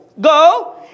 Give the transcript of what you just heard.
go